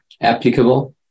applicable